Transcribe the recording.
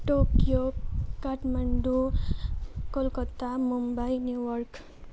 Tokyo Kathmandu Calcutta Mumbai New York